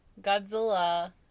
Godzilla